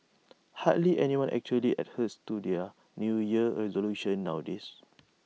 hardly anyone actually adheres to their New Year resolutions nowadays